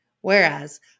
Whereas